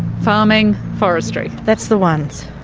farming, forestry. that's the ones.